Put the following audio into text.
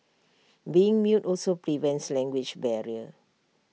being mute also prevents language barrier